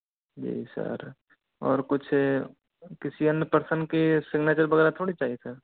जी sir और कुछ किसी अन्य पर्सन के सिग्नेचर वगैरह थोड़ी चाहिए सर